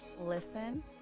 listen